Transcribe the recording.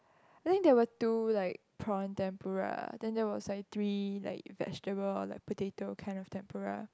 I think there were two like prawn tempura then there was like three like vegetable or like potato kind of tempura